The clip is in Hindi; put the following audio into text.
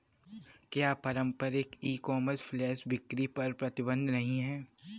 क्या पारंपरिक ई कॉमर्स फ्लैश बिक्री पर प्रतिबंध नहीं है?